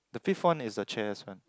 the fifth one is the chairs one